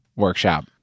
Workshop